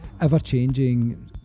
ever-changing